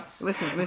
listen